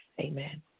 Amen